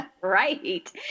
Right